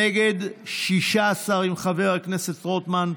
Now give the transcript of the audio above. נגד, 16, עם חבר הכנסת רוטמן.